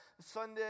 Sunday